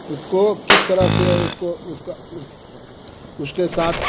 उसको किस तरह से उसको उसका उस उसके साथ